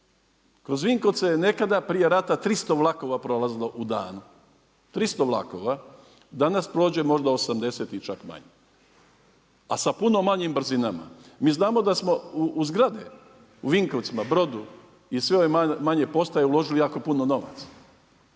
Kroz Vinkovce je nekada prije rata 300 vlakova prolazilo u danu, 300 vlakova, danas prođe možda 80 i čak manje. A sa puno manjim brzinama. Mi znamo da smo u zgrade, u Vinkovcima, Brodu i sve ove manje postaje uložili jako puno novaca.